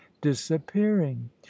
disappearing